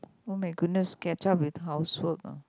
oh-my-goodness catch up with housework ah